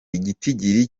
igitigiri